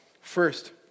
first